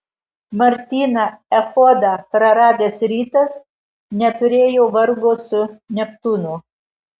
martyną echodą praradęs rytas neturėjo vargo su neptūnu